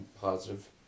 positive